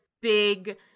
big